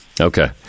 Okay